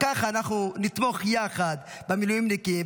וככה אנחנו נתמוך יחד במילואימניקים,